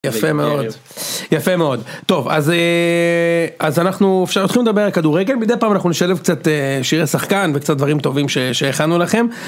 יפה מאוד, יפה מאוד. טוב, אז אה, אז אנחנו, אפשר להתחיל לדבר על כדורגל מידי פעם אנחנו נשלב קצת שירי שחקן וקצת דברים טובים שהכנו לכם.